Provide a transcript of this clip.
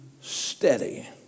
steady